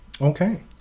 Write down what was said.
Okay